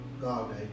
God